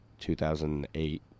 2008